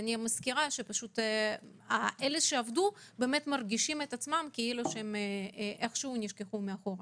אני מזכירה שאלה שעבדו מרגישים כאילו הם נשכחו מאחור.